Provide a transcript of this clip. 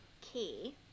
Key